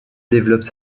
développe